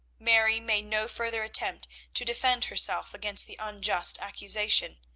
mary made no further attempt to defend herself against the unjust accusation.